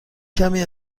کمی